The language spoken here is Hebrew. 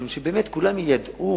משום שבאמת כולם ידעו